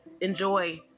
enjoy